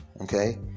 okay